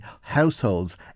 households